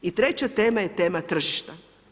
I treća tema je tema tržišta.